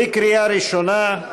בקריאה ראשונה,